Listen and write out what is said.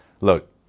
look